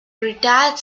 retired